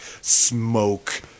smoke